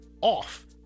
off